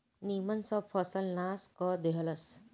निमन सब फसल नाश क देहलस